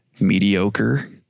mediocre